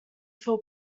feel